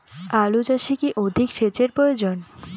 আলু চাষে কি অধিক সেচের প্রয়োজন?